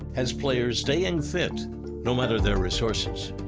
has players staying fit no matter their resources.